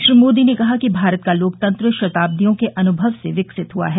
श्री मोदी ने कहा कि भारत का लोकतंत्र शताब्दियों के अनुभव से विकसित हुआ है